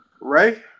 Ray